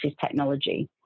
technology